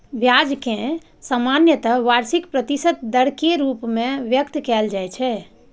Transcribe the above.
ब्याज कें सामान्यतः वार्षिक प्रतिशत दर के रूप मे व्यक्त कैल जाइ छै